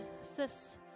sis